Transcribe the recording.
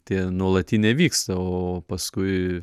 tie nuolatiniai vyksta o paskui